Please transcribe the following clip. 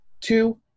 Two